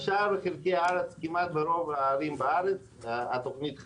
בשאר חלקי הארץ, כמעט ברוב הערים התוכנית חלה.